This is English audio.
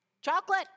Chocolate